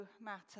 matter